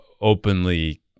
openly